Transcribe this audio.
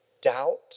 doubt